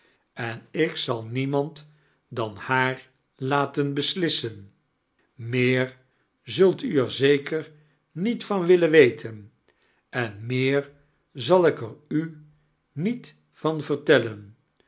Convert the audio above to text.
en ik zal niemand dan haar laten beslissen meer zult u ear zeker niet van willen wetem en meer zal ik er u niet van vertellen